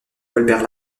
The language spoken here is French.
colbert